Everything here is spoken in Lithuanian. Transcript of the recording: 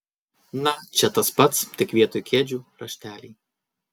na čia tas pats tik vietoj kėdžių rašteliai